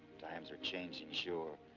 times are changing, sure,